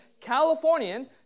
Californian